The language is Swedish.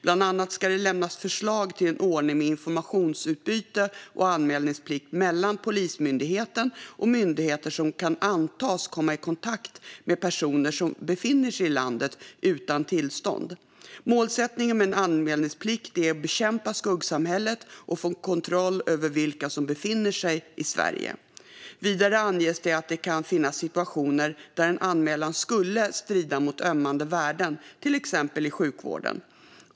Bland annat ska det lämnas förslag till en ordning med informationsutbyte och anmälningsplikt mellan Polismyndigheten och myndigheter som kan antas komma i kontakt med personer som befinner sig i landet utan tillstånd. Målsättningen med en anmälningsplikt är att bekämpa skuggsamhället och att få kontroll över vilka som befinner sig i Sverige. Vidare anges att det kan finnas situationer där en anmälan skulle strida mot ömmande värden, till exempel i sjukvården.